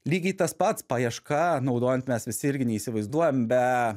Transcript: lygiai tas pats paieška naudojant mes visi irgi neįsivaizduojam be